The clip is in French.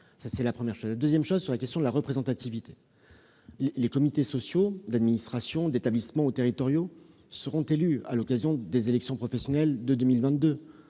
dans le cadre de ses fonctions. Sur la question de la représentativité, les comités sociaux d'administration, d'établissement ou territoriaux, seront élus à l'occasion des élections professionnelles de 2022.